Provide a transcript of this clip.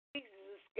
Jesus